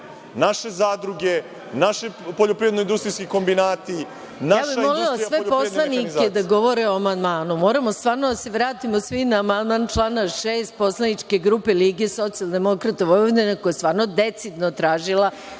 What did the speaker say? naše zadruge, naši poljoprivredno industrijski kombinati, naša industrija poljoprivredne mehanizacije… **Maja Gojković** Molim sve poslanike da govore o amandmanu. Moramo stvarno da se vratimo svi na amandman na član 6. poslaničke grupe Lige socijaldemokrata Vojvodine, koja je stvarno decidno tražila